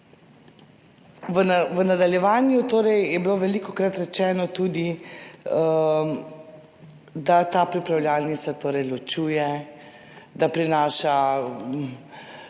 V nadaljevanju je bilo velikokrat rečeno tudi, da ta pripravljalnica ločuje, da bo prinesla